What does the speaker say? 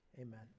Amen